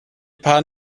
paar